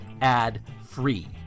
ad-free